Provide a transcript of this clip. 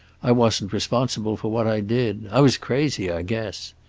i wasn't responsible for what i did. i was crazy, i guess.